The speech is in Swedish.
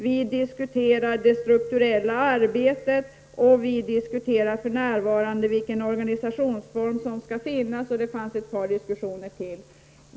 Vidare diskuterar man det strukturella arbetet, och för närvarande diskuteras vilken organisationsform som skall finnas. Ytterligare ett par diskussioner nämndes.